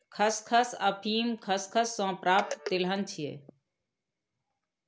खसखस अफीम खसखस सं प्राप्त तिलहन छियै